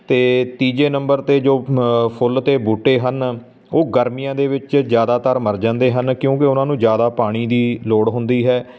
ਅਤੇ ਤੀਜੇ ਨੰਬਰ 'ਤੇ ਜੋ ਫੁੱਲ ਅਤੇ ਬੂਟੇ ਹਨ ਉਹ ਗਰਮੀਆਂ ਦੇ ਵਿੱਚ ਜ਼ਿਆਦਾਤਰ ਮਰ ਜਾਂਦੇ ਹਨ ਕਿਉਂਕਿ ਉਹਨਾਂ ਨੂੰ ਜ਼ਿਆਦਾ ਪਾਣੀ ਦੀ ਲੋੜ ਹੁੰਦੀ ਹੈ